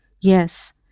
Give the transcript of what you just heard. yes